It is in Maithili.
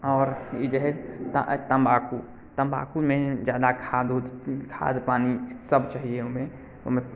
आओर ई जे हय तम्बाकू तम्बाकूमे जादा खाद उद खाद पानि सब चाहिए ओहिमे ओहिमे